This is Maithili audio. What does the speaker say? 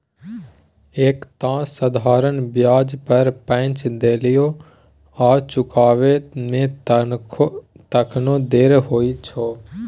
एक तँ साधारण ब्याज पर पैंच देलियौ आ चुकाबै मे तखनो देर होइ छौ